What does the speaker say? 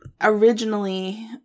originally